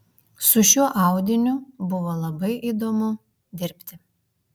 su šiuo audiniu buvo labai įdomu dirbti